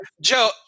Joe